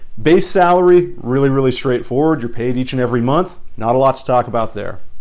base salary really, really straight forward. you're paid each and every month. not a lot to talk about there.